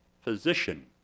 physician